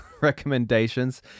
recommendations